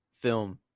film